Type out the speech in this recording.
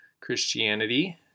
Christianity